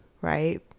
right